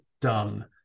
done